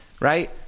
right